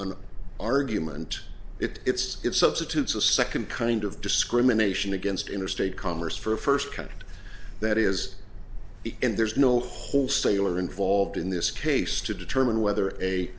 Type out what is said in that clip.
an argument if it's if substitutes a second kind of discrimination against interstate commerce for a first contact that is and there's no wholesaler involved in this case to determine whether a